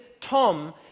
tom